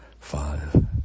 Five